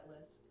list